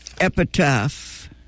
Epitaph